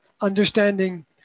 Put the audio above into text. understanding